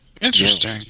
Interesting